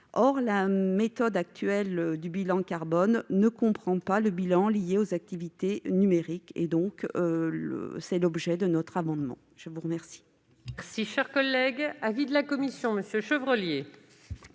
La méthode actuelle du bilan carbone ne comprend pas le bilan lié aux activités numériques. Tel est l'objet de notre amendement. Quel